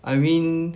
I mean